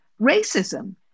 racism